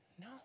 No